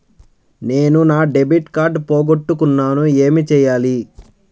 నేను నా debit card పోగొట్టుకున్నాను ఏమి చేయాలి?